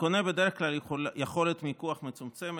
לקונה בדרך כלל יכולת מיקוח מצומצמת,